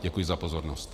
Děkuji za pozornost.